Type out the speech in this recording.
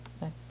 nice